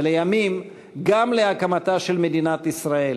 ולימים גם להקמתה של מדינת ישראל,